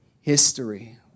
history